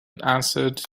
answered